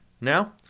now